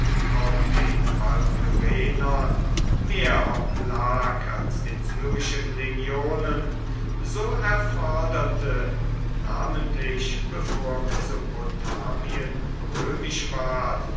auch den palmyrenern mehr oblag als den syrischen legionen so erforderte namentlich bevor mesopotamien römisch ward